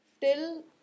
till